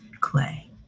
clay